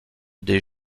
des